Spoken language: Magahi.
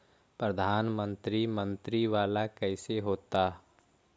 प्रधानमंत्री मंत्री वाला कैसे होता?